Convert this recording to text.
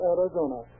Arizona